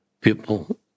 people